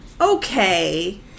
Okay